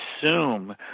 assume